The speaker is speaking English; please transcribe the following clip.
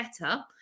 better